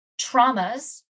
traumas